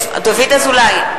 אזולאי,